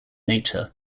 nature